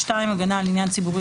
הגנה על עניין ציבורי,